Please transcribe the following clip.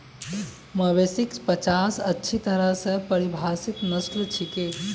मवेशिक पचास अच्छी तरह स परिभाषित नस्ल छिके